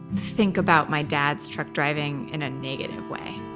think about my dad's truck driving in a negative way?